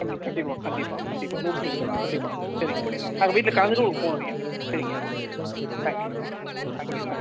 கண்டி கண்டிப்பாக கண்டிப்பாக கண்டிப்பாக நூறு சதவீதம் கண்டிப்பாக சரிங்க நாங்கள் வீட்டில் கலந்துக்கிட்டு உங்களுக்கு ஃபோன் அடிக்கிறேன் சரிங்க thank you thank you thank you thank you